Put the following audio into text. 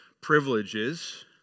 privileges